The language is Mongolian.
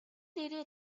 дээрээ